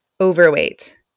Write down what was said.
overweight